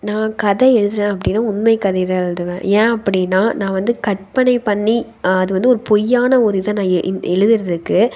நான் கதை எழுதுகிறேன் அப்படினா உண்மை கதை தான் எழுதுவேன் ஏன் அப்படினா நான் வந்து கற்பனை பண்ணி அது வந்து ஒரு பொய்யான ஒரு இதை நான் எ எழுதுகிறதுக்கு